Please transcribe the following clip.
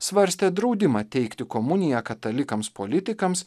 svarstė draudimą teikti komuniją katalikams politikams